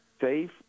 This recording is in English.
safe